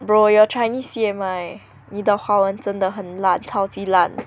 bro your chinese C_M_I 你的华文真的很烂超级烂